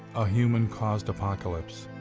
a human-caused apocalypse.